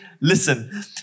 Listen